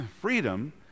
Freedom